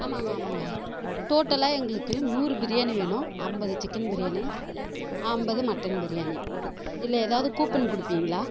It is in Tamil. ஆமாங்க ஆமாங்க டோட்டலாக எங்களுக்கு நூறு பிரியாணி வேணும் ஐம்பது சிக்கன் பிரியாணி ஐம்பது மட்டன் பிரியாணி இதில் ஏதாவது கூப்பன் கொடுப்பீங்களா